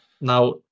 Now